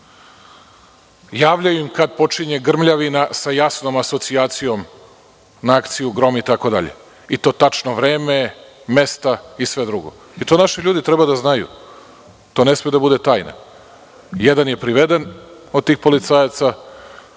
javljaju im kada počinje grmljvina sa jasnom asocijacijom na akciju „Grom“ itd, i to, tačno vreme, mesta i sve drugo. To naši ljudi treba da znaju. To ne sme da bude tajna. Jedan je priveden od tih policajaca.